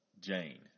Jane